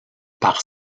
par